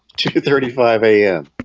two thirty five a m.